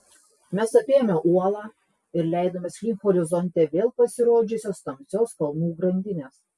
mes apėjome uolą ir leidomės link horizonte vėl pasirodžiusios tamsios kalnų grandinės